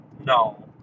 No